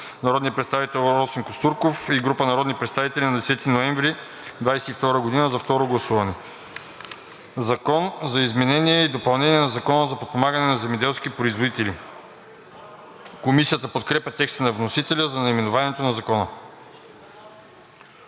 народния представител Росен Костурков и група народни представители на 10 ноември 2022 г., за второ гласуване. „Закон за изменение и допълнение на Закона за подпомагане на земеделските производители“.“ Комисията подкрепя текста на вносителя за наименованието на Закона.